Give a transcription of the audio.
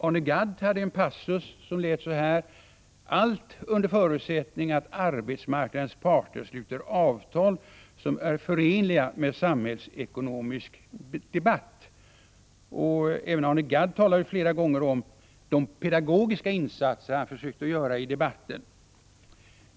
Arne Gadd hade i ett av sina inlägg en passus som löd: allt under förutsättning att arbetsmarknadens parter sluter avtal som är förenliga med samhällsekonomisk debatt. Arne Gadd talade också flera gånger om de pedagogiska insatser han försökte göra i debatten.